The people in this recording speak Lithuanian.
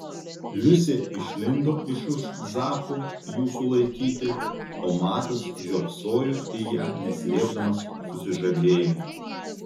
liusė išlindo iš už zako jų sulaikyti o matas žiopsojo į ją neslėpdamas susižavėjimo